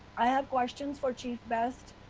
i had questions for chief best,